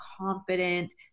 confident